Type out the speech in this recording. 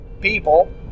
people